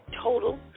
total